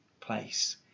place